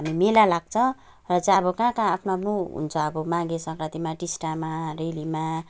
मेला लाग्छ र चाहिँ अब कहाँ कहाँ आफ्नो आफ्नो हुन्छ अब माघे सङ्क्रान्ति टिस्टामा रेलीमा